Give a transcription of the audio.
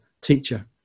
teacher